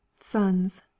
sons